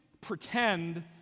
pretend